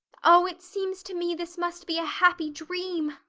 oh, it seems to me this must be a happy dream.